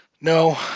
No